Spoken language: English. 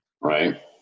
Right